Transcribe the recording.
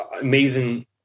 amazing